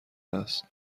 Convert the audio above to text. است